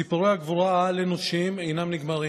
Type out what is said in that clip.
סיפורי הגבורה העל-אנושיים אינם נגמרים.